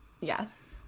yes